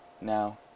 Now